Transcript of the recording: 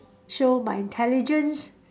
show my intelligence